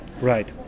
Right